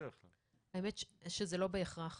האמת שזה לא בהכרח.